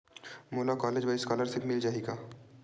मोला कॉलेज बर स्कालर्शिप मिल जाही का?